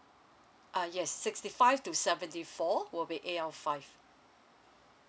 uh yes sixty five to seventy four would be A_L five